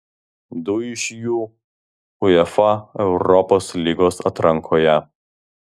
du iš jų uefa europos lygos atrankoje